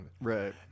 Right